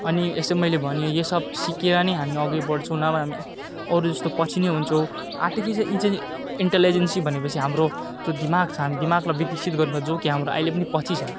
अनि यस्तै मैले भने यो सब सिकेर नै हामी अघि बढछौँ नभए हामी अरू जस्तो पछि नै हुन्छौँ आर्टिफिसियल इन्टिलिजेन्स भनेपछि हाम्रो जो दिमाग छ हामी दिमागलाई विकसित गर्न पर्छ जो कि हाम्रो आहिले पनि पछि छ